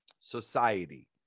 society